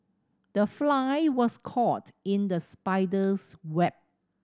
the fly was caught in the spider's web